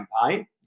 campaign